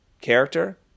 Character